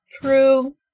True